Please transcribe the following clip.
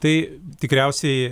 tai tikriausiai